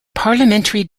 parliamentary